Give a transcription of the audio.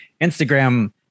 Instagram